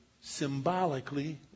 symbolically